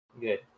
Good